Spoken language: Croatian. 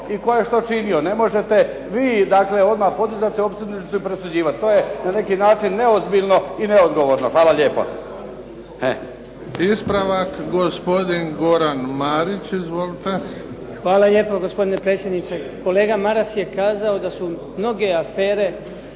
i tko je što činio. Ne možete vi dakle odmah podizati optužnicu i presuđivat. To je na neki način neozbiljno i neodgovorno. Hvala lijepa. **Bebić, Luka (HDZ)** Ispravak, gospodin Goran Marić. Izvolite. **Marić, Goran (HDZ)** Hvala lijepo, gospodine predsjedniče. Kolega Maras je kazao da su mnoge afere